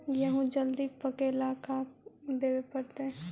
गेहूं जल्दी पके ल का देबे पड़तै?